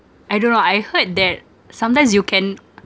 I don't know I heard that sometimes you can